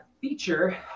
feature